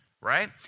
right